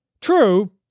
True